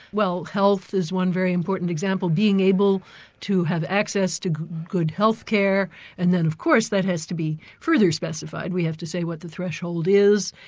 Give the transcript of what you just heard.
well health is one very important example being able to have access to good health care and then of course that has to be further specified. we have to say what the threshold is.